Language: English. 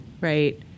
right